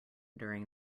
during